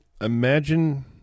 imagine